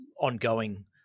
ongoing